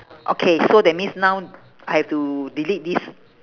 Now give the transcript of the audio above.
okay so that means now I have to delete this